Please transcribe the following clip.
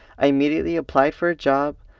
i immediately applied for a job,